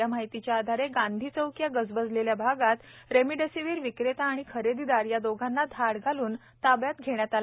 या माहितीच्या आधारे गांधी चौक या गजबजलेल्या भागात रेमडेसिव्हीर विक्रेता आणि खरेदीदार या दोघांना धाड घालून ताब्यात घेण्यात आले